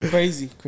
Crazy